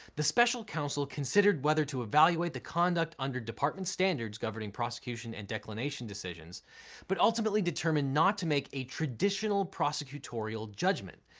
the special counsel considered whether to evaluate the conduct under department standards governing prosecution and declination decisions but ultimately determined not to make a traditional prosecutorial judgment.